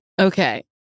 Okay